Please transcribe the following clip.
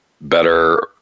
better